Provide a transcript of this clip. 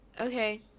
Okay